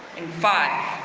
in five,